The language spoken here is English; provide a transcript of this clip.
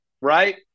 Right